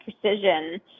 precision